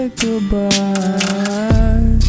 goodbye